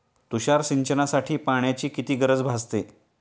तुषार सिंचनासाठी पाण्याची किती गरज भासते?